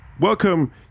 Welcome